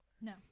No